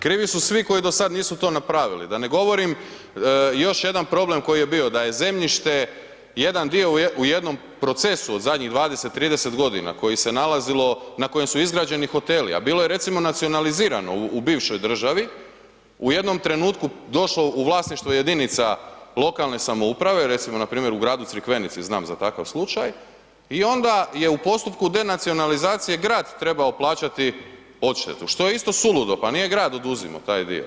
Krivi su svi koji do sada to nisu napravili, da ne govorim još jedan problem koji je bio da je zemljište jedan dio u jednom procesu od zadnjih 20, 30 godina koje se nalazilo, na kojem su izgrađeni hoteli, a bilo je recimo nacionalizirano u bivšoj državi, u jednom trenutku došlo u vlasništvo jedinica lokalne samouprave, recimo npr. u gradu Crikvenici znam za takav slučaj i onda je u postupku denacionalizacije grad trebao plaćati odštetu što je isto suludo, pa nije grad oduzimao taj dio.